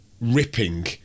ripping